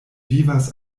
vivas